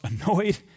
annoyed